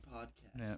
Podcast